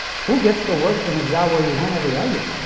who gets to work in a job where you win every argument?